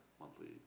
monthly